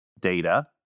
data